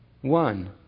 one